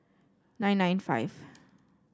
nine nine five